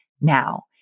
now